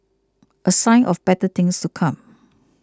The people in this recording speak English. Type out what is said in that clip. a sign of better things to come